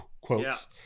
Quotes